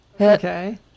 Okay